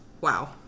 Wow